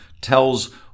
tells